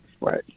right